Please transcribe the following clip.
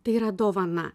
tai yra dovana